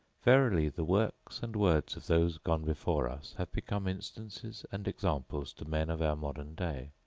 verily the works and words of those gone before us have become instances and examples to men of our modern day,